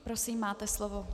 Prosím, máte slovo.